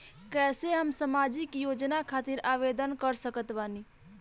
कैसे हम सामाजिक योजना खातिर आवेदन कर सकत बानी?